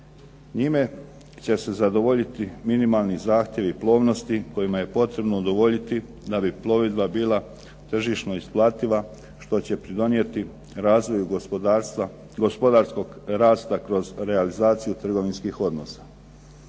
Njima će se zadovoljiti minimalni zahtjevi plovnosti kojima je potrebno udovoljiti da bi plovidba bila tržišno isplativa što će pridonijeti razvoju gospodarskog rasta kroz realizaciju trgovinskih odnosa.